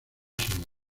simone